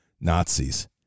Nazis